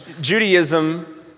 Judaism